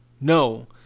No